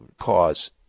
cause